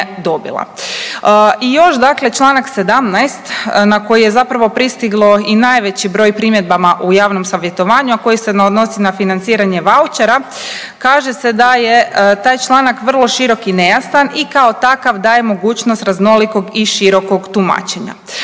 dobila. I još dakle čl. 17. na koji je zapravo pristiglo i najveći broj primjedaba u javnom savjetovanju, a koji se odnosi na financiranje vaučera kaže se da je taj članak vrlo širok i nejasan i kao takav daje mogućnost raznolikog i širokog tumačenja.